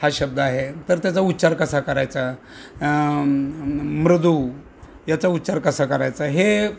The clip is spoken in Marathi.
हा शब्द आहे तर त्याचा उच्चार कसा करायचा मृदू याचा उच्चार कसा करायचा हे